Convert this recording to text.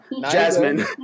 Jasmine